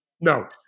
No